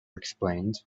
explained